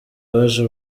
baje